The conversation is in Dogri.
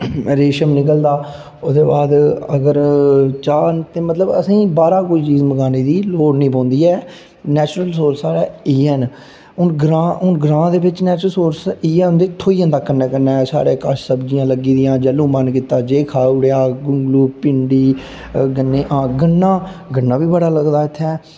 रेशम निकलदा ओह्दे बाद अगर चाह्न ते मतलब असें बाह्रा दा कोई चीज़ मंगाने दी लोड़ निं पौंदी ऐ नेचुरल रिसोर्स साढ़े इ'यै न हून ग्रांऽ दे बिच नेचुरल रिसोर्स इ'यै होंदे थ्होई जंदा कन्नै कन्नै साढ़े कश घर सब्जियां लग्गी दियां जैलूं मन कीता बड्ढियै खाउड़ेआ गोंगलू भिंडी गन्ना गन्ना बी बड़ा लगदा इ'त्थें